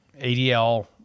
ADL